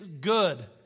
good